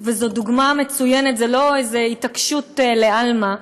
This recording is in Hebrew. זו דוגמה מצוינת, זו לא איזו התעקשות בעלמא,